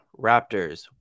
Raptors